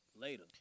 later